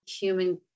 human